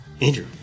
Andrew